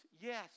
Yes